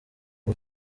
ubu